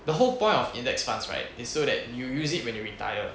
the whole point of index funds right it's so that you use it when you retire